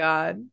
God